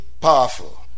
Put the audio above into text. powerful